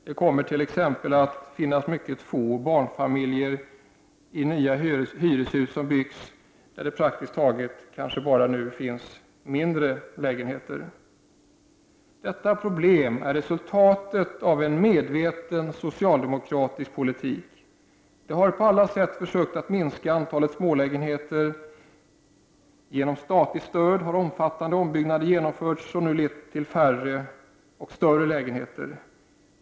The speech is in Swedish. Det kommer t.ex. att finnas mycket få barnfamiljer i de nya hyreshus som byggs där det praktiskt taget enbart finns mindre lägenheter. Detta problem är resultatet av en medveten socialdemokratisk politik. Socialdemokraterna har på alla sätt försökt minska antalet smålägenheter. Genom statligt stöd har omfattande ombyggnader genomförts som lett till färre och större lägenheter.